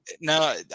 No